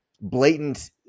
blatant